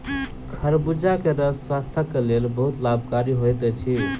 खरबूजा के रस स्वास्थक लेल बहुत लाभकारी होइत अछि